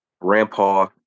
Grandpa